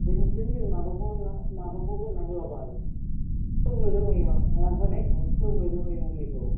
बे नोंसोर नैबे माबाखौ होना होआबाल सेवनो रोंङै माबा होनायखौ सेवनो रोंङै मुलिखौ